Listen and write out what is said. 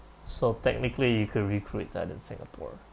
so technically you could recreate that in singapore